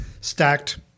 stacked